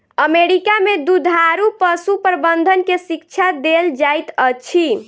America में दुधारू पशु प्रबंधन के शिक्षा देल जाइत अछि